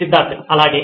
సిద్ధార్థ్ అలాగే